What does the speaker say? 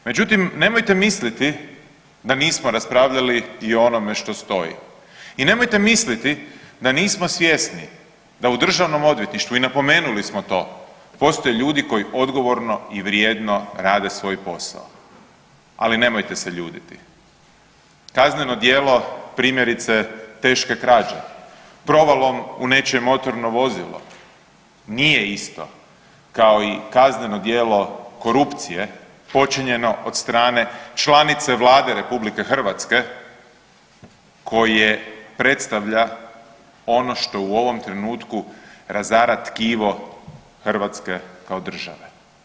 Međutim, nemojte misliti da nismo raspravljali i o onome što stoji, i nemojte misliti da nismo svjesni da u državnom odvjetništvu i napomenuli smo to, postoje ljudi koji odgovorno i vrijedno rade svoj posao, ali nemojte se ljutiti, kazneno djelo primjerice teške krađe, provalom u nečije motorno vozilo nije isto kao i kazneno djelo korupcije počinjeno od strane članice Vlade RH koje predstavlja ono to u ovom trenutku razara tkivo Hrvatske kao države.